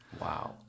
Wow